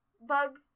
bug